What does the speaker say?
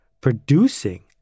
producing